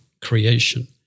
creation